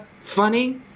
funny